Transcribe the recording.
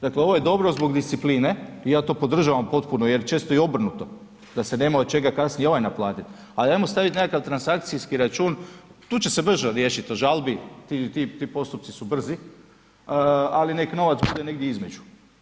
Dakle, ovo je dobro zbog discipline i ja to podržavam potpuno jer često je i obrnuto da se nema od čega kasnije od ovaj naplatit, ali ajmo staviti nekakav transakcijski račun tu će se brže riješiti o žalbi, ti postupci su brzi, ali nek novac bude negdje između.